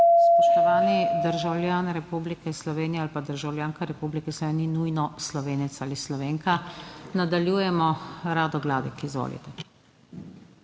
Spoštovani državljan Republike Slovenije ali pa državljanka Republike Slovenije ni nujno Slovenec ali Slovenka. Nadaljujemo rado Gladek. Izvolite.